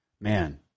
Man